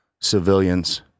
civilians